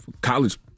college